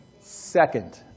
second